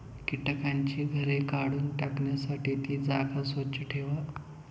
कीटकांची घरे काढून टाकण्यासाठी ती जागा स्वच्छ ठेवा